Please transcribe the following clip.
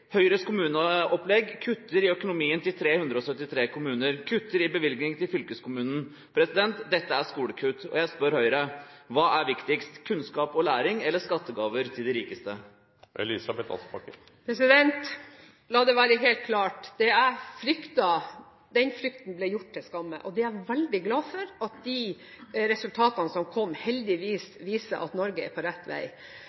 Høyres kommuneopplegg kutter man i økonomien til 373 kommuner, kutter i bevilgninger til fylkeskommunen. Dette er skolekutt, og jeg spør Høyre: Hva er viktigst – kunnskap og læring eller skattegaver til de rikeste? La det være helt klart: Det jeg fryktet, den frykten jeg hadde, ble gjort til skamme. Jeg er veldig glad for at de resultatene som kom, heldigvis